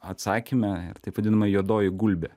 atsakyme ir taip vadinama juodoji gulbė